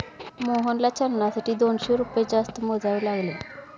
मोहनला चलनासाठी दोनशे रुपये जास्त मोजावे लागले